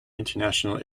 international